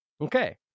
Okay